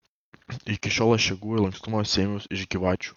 iki šiol aš jėgų ir lankstumo sėmiaus iš gyvačių